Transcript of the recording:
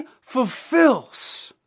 fulfills